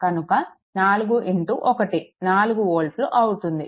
కనుక 41 4 వోల్ట్లు అవుతుంది